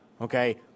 okay